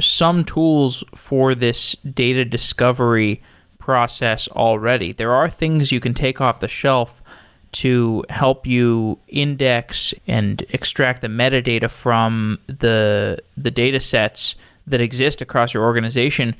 some tools for this data discovery process already. there are things you can take off the shelf to help you index and extract the metadata from the the datasets that exist across your organization.